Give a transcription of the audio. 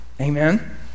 Amen